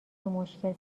مشکل